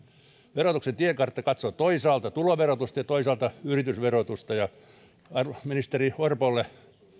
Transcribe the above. verotuksen tiekartta katsoo toisaalta tuloverotusta ja toisaalta yritysverotusta ministeri orpolle